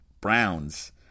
Browns